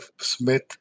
Smith